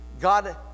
God